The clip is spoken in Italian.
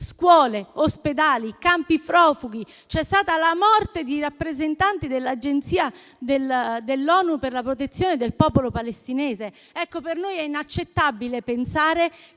(scuole, ospedali, campi profughi) e c'è la morte di rappresentanti dell'Agenzia dell'ONU per la protezione del popolo palestinese. Per noi è inaccettabile pensare